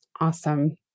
Awesome